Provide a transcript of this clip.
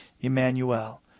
Emmanuel